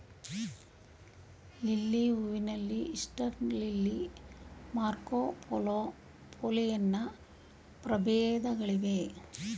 lily ಹೂವಿನಲ್ಲಿ Easter lily, Marco Polo, Pollyanna ಪ್ರಭೇದಗಳಿವೆ